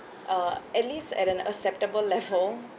uh at least at an acceptable level